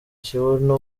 kibuno